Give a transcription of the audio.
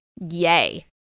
yay